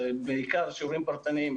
זה בעיקר שיעורים פרטניים,